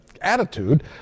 attitude